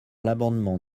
l’amendement